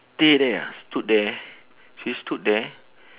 stay there ah stood there she stood there